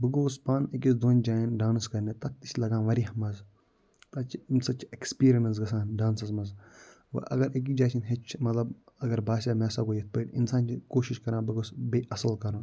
بہٕ گوٚوُس پانہٕ أکِس دۄن جایَن ڈانَس کرنہِ تَتھ تہِ چھِ لگان واریاہ مَزٕ تَتہِ چھِ أمۍ سۭتۍ چھِ اٮ۪کٕسپیٖرنَس گژھان ڈانَسس منٛز وٕ اگر أکِس جایہِ چھِنہٕ ہٮ۪چھ مطلب اگر باسیو مےٚ ہسا گوٚو یِتھ پٲٹھۍ اِنسان چھِ کوٗشِش کران بہٕ گۄژھٕس بیٚیہِ اَصٕل کَرُن